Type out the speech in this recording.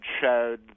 showed